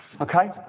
Okay